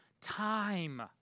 time